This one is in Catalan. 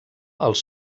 els